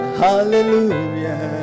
hallelujah